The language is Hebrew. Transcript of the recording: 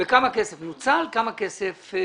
וכמה כסף נוצל.